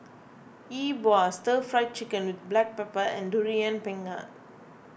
Yi Bua Stir Fried Chicken with Black Pepper and Durian Pengat